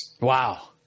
Wow